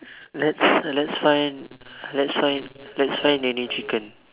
let's let's find let's find let's find NeNe-chicken